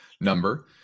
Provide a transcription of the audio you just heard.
number